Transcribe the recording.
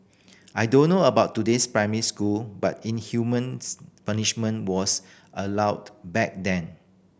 I don't know about today's primary school but inhumane punishment was allowed back then